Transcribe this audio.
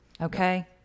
okay